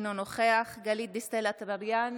אינו נוכח גלית דיסטל אטבריאן,